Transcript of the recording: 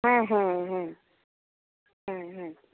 হ্যাঁ হ্যাঁ হ্যাঁ হ্যাঁ হ্যাঁ